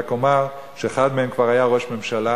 רק אומר שאחד מהם כבר היה ראש הממשלה,